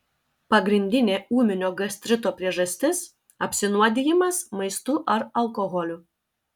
pagrindinė ūminio gastrito priežastis apsinuodijimas maistu ar alkoholiu